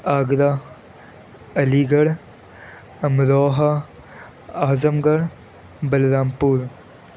Agra Aligarh Amroha Azamgarh Balram پور